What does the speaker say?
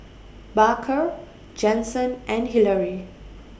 Baker Jensen and Hillary